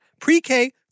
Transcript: pre-K